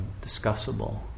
discussable